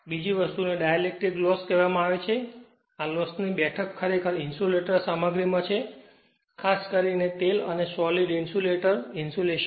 બીજી વસ્તુને dielectric loss કહેવામાં આવે છે આ લોસ ની બેઠક ખરેખર ઇન્સ્યુલેટર સામગ્રીમાં છે ખાસ કરીને તેલ અને સોલીડ ઇન્સ્યુલેટર ઇન્સ્યુલેશન